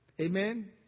Amen